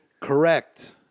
Correct